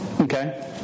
Okay